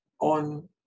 on